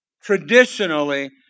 traditionally